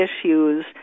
issues